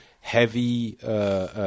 heavy